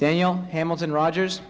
daniel hamilton rogers